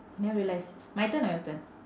I never realise my turn or your turn